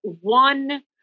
one